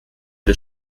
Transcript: des